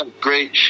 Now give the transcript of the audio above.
great